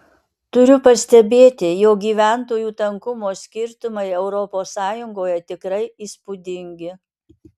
turiu pastebėti jog gyventojų tankumo skirtumai europos sąjungoje tikrai įspūdingi